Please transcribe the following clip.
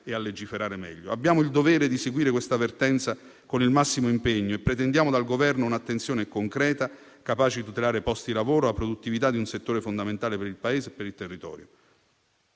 e a legiferare meglio. Abbiamo il dovere di seguire questa vertenza con il massimo impegno e pretendiamo dal Governo un'attenzione concreta, capace di tutelare i posti di lavoro e la produttività di un settore fondamentale per il Paese e per il territorio.